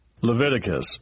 Leviticus